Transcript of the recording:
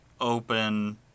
open